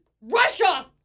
Russia